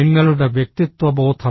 നിങ്ങളുടെ വ്യക്തിത്വബോധം